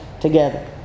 together